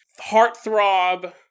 Heartthrob